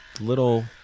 Little